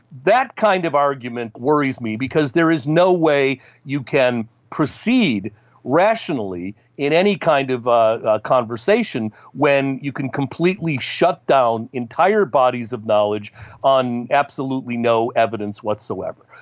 that kind of argument worries me because there is no way you can proceed rationally in any kind of ah ah conversation when you can completely shut down entire bodies of knowledge on absolutely no evidence whatsoever.